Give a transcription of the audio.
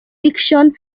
fiction